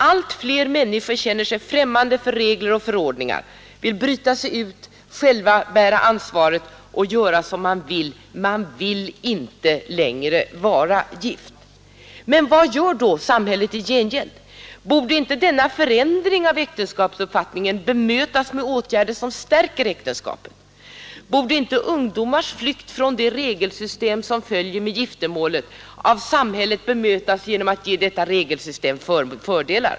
Allt fler människor känner sig främmande för regler och förordningar, vill bryta sig ut, själva bära ansvaret och göra som man vill — man vill inte längre vara gift. Vad gör då samhället i gengäld? Borde inte denna förändring av äktenskapsuppfattningen bemötas med åtgärder som stärker äktenskapet? Borde inte ungdomars flykt från det regelsystem som följer med giftermålet av samhället bemötas med att ge dessa regelsystem fördelar?